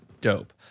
dope